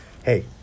Hey